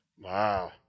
Wow